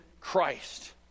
Christ